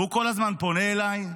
והוא כל הזמן פונה אליי,